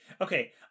okay